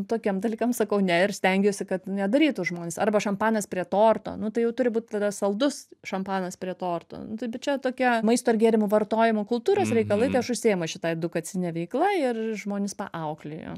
tokiem dalykam sakau ne ir stengiuosi kad nedarytų žmonės arba šampanas prie torto nu tai jau turi būt tada saldus šampanas prie torto nu tai bet čia tokia maisto ir gėrimų vartojimo kultūros reikalai tai aš užsiimu šita edukacine veikla ir žmones paauklėju